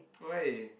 why